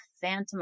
Phantom